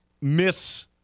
Miss